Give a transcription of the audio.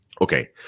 Okay